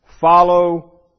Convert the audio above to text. Follow